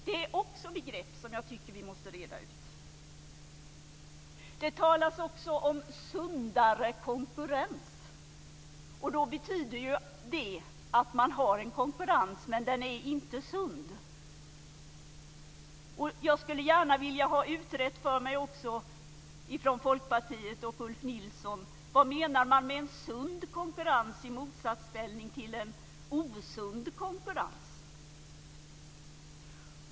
Det är också begrepp som jag tycker att vi måste reda ut. Det talas vidare om sundare konkurrens. Då betyder det att man har en konkurrens, men den är inte sund. Jag skulle gärna också vilja ha detta utrett för mig från Folkpartiets och Ulf Nilssons sida. Vad menar man med en sund konkurrens i motsats till en osund konkurrens?